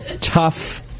tough